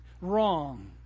wrong